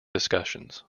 discussions